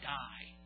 die